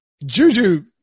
Juju